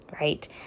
Right